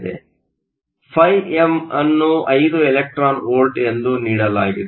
ಆದ್ದರಿಂದ φm ಅನ್ನು 5 electron volt ಎಂದು ನೀಡಲಾಗಿದೆ